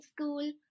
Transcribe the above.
School